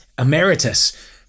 Emeritus